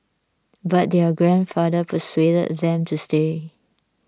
but their grandfather persuaded them to stay